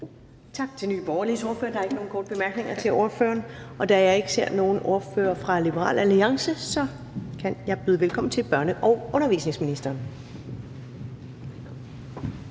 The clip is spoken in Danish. Tak til Nye Borgerliges ordfører. Der er ikke nogen korte bemærkninger til ordføreren. Da jeg ikke ser nogen ordfører for Liberal Alliance, kan jeg byde velkommen til børne- og undervisningsministeren.